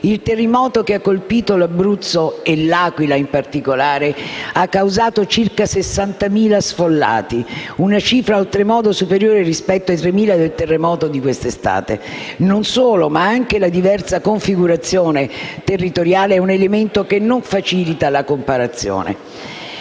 Il terremoto che ha colpito l'Abruzzo, e l'Aquila in particolare, ha causato circa 60.000 sfollati, una cifra oltremodo superiore rispetto ai 3.000 del terremoto di quest'estate. Non solo, ma anche la diversa configurazione territoriale rappresenta un elemento che non facilita la comparazione.